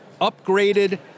Upgraded